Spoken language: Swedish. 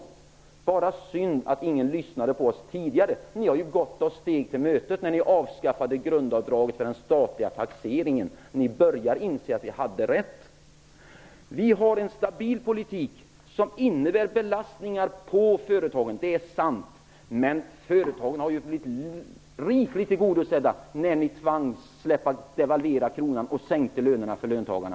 Det är bara synd att ingen lyssnade på oss tidigare. Ni har ju gått oss till mötes när ni avskaffade grundavdraget för den statliga taxeringen. Ni börjar inse att vi hade rätt. Vi har en stabil politik som innebär belastningar på företagen. Det är sant, men företagen har blivit rikligt tillgodosedda när ni tvingades devalvera kronan och sänkte lönerna för löntagarna.